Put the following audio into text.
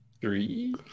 three